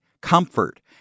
comfort